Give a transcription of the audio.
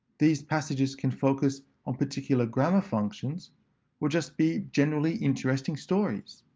these passages can focus on particular grammar functions or just be generally interesting stories.